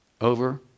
over